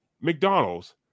McDonald's